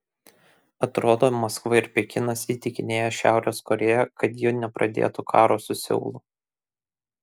atrodo maskva ir pekinas įtikinėja šiaurės korėją kad ji nepradėtų karo su seulu